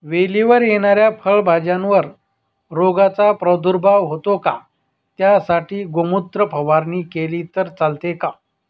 वेलीवर येणाऱ्या पालेभाज्यांवर रोगाचा प्रादुर्भाव होतो का? त्यासाठी गोमूत्र फवारणी केली तर चालते का?